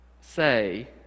say